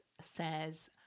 says